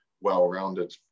well-rounded